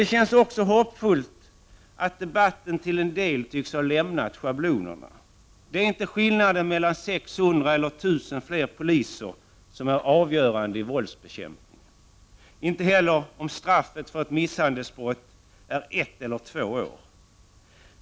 Det känns också hoppfullt att debatten till en del tycks ha lämnat schablonerna. Det avgörande för våldsbekämpningen är inte 600 eller 1 000 fler poliser, inte heller om straffet för ett misshandelsbrott är ett eller två år.